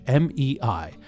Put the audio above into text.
MEI